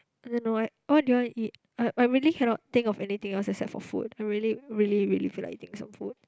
I don't know what what do you want to eat I I really cannot think of anything else except for food I really really really feel like eating some food